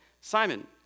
Simon